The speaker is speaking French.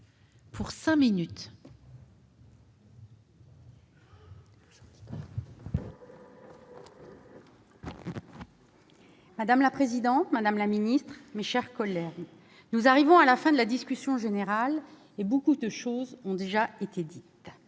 Madame la présidente, madame la ministre, mes chers collègues, nous arrivons à la fin de la discussion générale, et bien des choses ont déjà été dites.